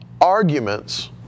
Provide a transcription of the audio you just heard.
arguments